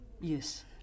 Yes